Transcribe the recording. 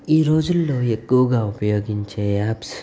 ఈ రోజులలో ఎక్కువగా ఉపయోగించే యాప్స్